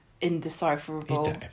indecipherable